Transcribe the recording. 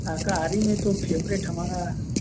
शाकाहारी में तो फेवरेट हमारा